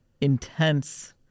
intense